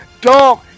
Dog